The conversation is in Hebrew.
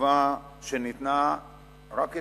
תשובה שניתנה רק אתמול,